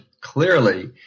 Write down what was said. clearly